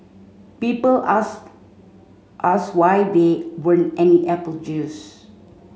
people asked us why there weren't any apple juice